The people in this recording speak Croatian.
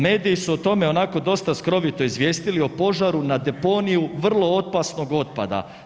Mediji su o tome dosta skrovito izvijestili u požaru na deponiju vrlo opasnog otpada.